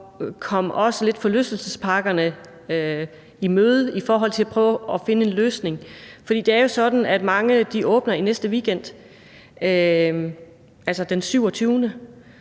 at komme forlystelsesparkerne lidt i møde i forhold til at prøve at finde en løsning. For det er jo sådan, at mange åbner i næste weekend, altså den 27.